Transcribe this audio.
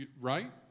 Right